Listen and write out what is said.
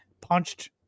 punched